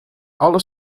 alle